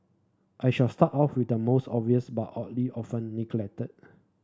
I shall start off with the most obvious but oddly often neglected